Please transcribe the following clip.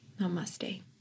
Namaste